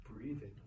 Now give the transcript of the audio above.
breathing